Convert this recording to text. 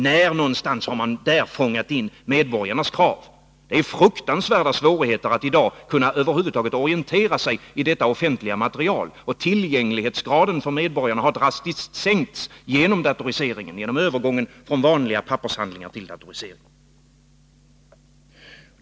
När har man där fångat in medborgarnas krav? Det är fruktansvärt svårt att i dag över huvud taget kunna orientera sig i detta offentliga material. Tillgänglighetsgraden för medborgarna har drastiskt sänkts genom datoriseringen, genom övergången från vanliga pappershandlingar till datorisering.